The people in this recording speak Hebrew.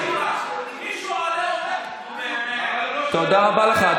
עדיין, תודה רבה לך.